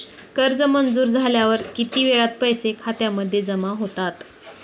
कर्ज मंजूर झाल्यावर किती वेळात पैसे खात्यामध्ये जमा होतात?